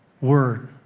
word